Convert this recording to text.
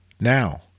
Now